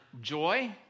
joy